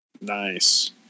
Nice